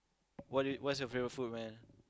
what what's your favorite food man